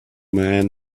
man